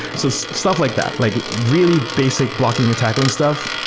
so stuff like that. like really basic blocking and tackling stuff,